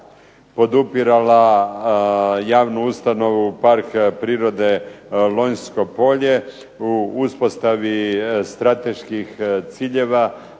podupirala javnu ustanovu Park prirode Lonjsko polje u uspostavi strateških ciljeva